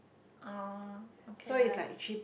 oh okay ah